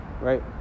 right